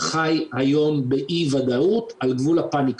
חי היום באי-ודאות על גבול הפאניקה.